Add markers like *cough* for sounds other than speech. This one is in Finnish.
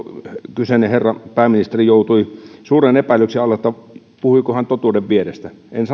kyseinen herra pääministeri joutui suuren epäilyksen alle siinä puhuiko hän totuuden vierestä en *unintelligible*